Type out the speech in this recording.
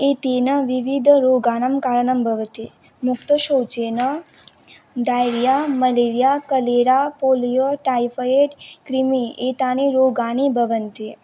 एतेन विविधरोगाणां कारणं भवति मुक्तशौचेन diarrhoea malaria cholera polio typhoid क्रिमि एतानि रोगाः भवन्ति